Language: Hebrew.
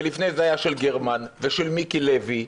ולפני זה היה של גרמן ושל מיקי לוי,